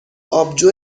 آبجو